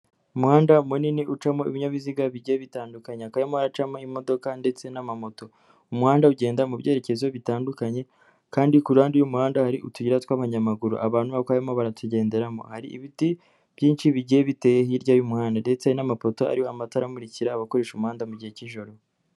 Umuhanda munini ucamo ibinyabiziga bigiye bitandukanye. Hakaba harimo haracamo imodoka ndetse n'amamoto. Umuhanda ugenda mu byerekezo bitandukanye kandi ku ruhande y'umuhanda hari utuyira tw'abanyamaguru. Abantu bakaba barimo baratugenderamo. Hari ibiti byinshi bigiye biteye hirya y'umuhanda, ndetse hari n'amapoto ariho amatara amurikira abakoresha umuhanda mu gihe cy'ijoro.